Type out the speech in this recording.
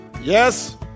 Yes